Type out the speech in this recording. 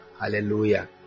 hallelujah